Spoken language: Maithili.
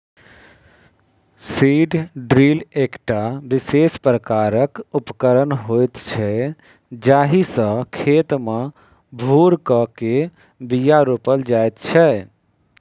सीड ड्रील एकटा विशेष प्रकारक उपकरण होइत छै जाहि सॅ खेत मे भूर क के बीया रोपल जाइत छै